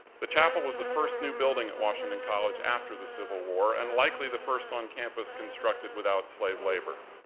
the chapel was the first new building at washington college after the civil war, and likely the first on campus constructed without slave labor.